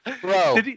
Bro